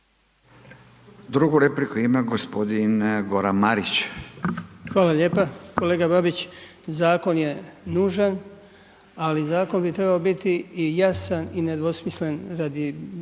Drugu repliku ima g. Goran Marić. **Marić, Goran (HDZ)** Hvala lijepa. Kolega Babić, zakon je nužan, ali zakon bi trebao biti i jasan i nedvosmislen radi